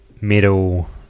metal